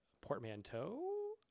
portmanteau